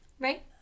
Right